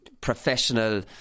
professional